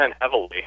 heavily